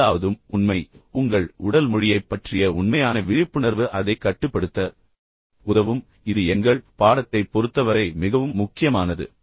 ஒன்பதாவதும் உண்மை உங்கள் உடல் மொழியைப் பற்றிய உண்மையான விழிப்புணர்வு அதை கட்டுப்படுத்த உதவும் இது எங்கள் பாடத்தைப் பொருத்தவரை மிகவும் முக்கியமானது